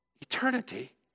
Eternity